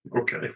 okay